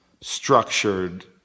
structured